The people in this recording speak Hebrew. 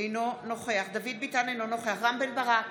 אינו נוכח דוד ביטן, אינו נוכח רם בן ברק,